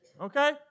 okay